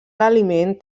aliment